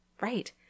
Right